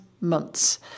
months